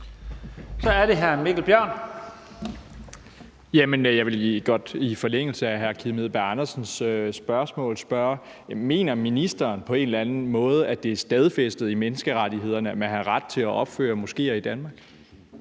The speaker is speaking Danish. Jamen jeg vil godt i forlængelse af hr. Kim Edberg Andersens spørgsmål spørge: Mener ministeren på en eller anden måde, at det er stadfæstet i menneskerettighederne, at man har ret til at opføre moskéer i Danmark?